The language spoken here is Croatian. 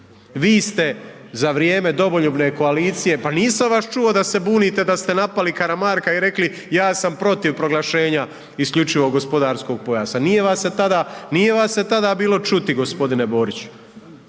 Vi ste za vrijeme Domoljubne koalicije, pa nisam vas čuo da se bunite da ste napali Karamarka i rekli ja sam protiv proglašenja isključivog gospodarskog pojasa, nije vas se tada bilo čuti, g. Borić.